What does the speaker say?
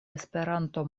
esperanto